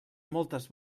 moltes